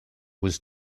was